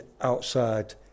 outside